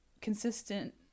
consistent